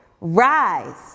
rise